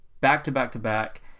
back-to-back-to-back